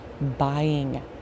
buying